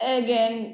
again